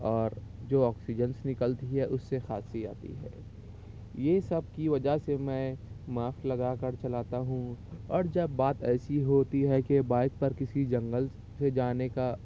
اور جو آکسیجنس نکلتی ہے اس سے کھانسی آتی ہے یہ سب کی وجہ سے میں ماسک لگا کر چلاتا ہوں اور جب بات ایسی ہوتی ہے کہ بائک پر کسی جنگل سے جانے کا